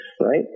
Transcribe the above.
right